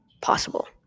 possible